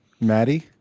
Maddie